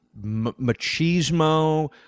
machismo